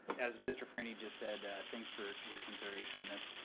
as mr. frainie just said, thanks for your consideration on this.